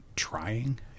trying